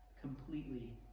completely